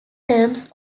terms